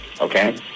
Okay